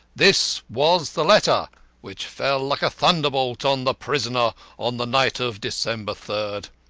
this was the letter which fell like a thunderbolt on the prisoner on the night of december third.